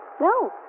No